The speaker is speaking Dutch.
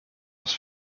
was